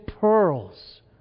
pearls